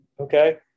okay